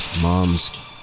mom's